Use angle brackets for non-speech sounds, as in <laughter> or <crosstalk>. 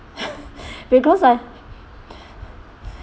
<laughs> because I <breath>